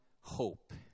hope